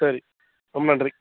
சரி ரொம்ப நன்றி